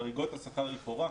חריגות השכר לכאורה,